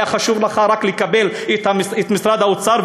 היה חשוב לך רק לקבל את משרד האוצר,